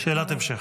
שאלת המשך.